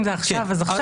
אם זה עכשיו, אז עכשיו.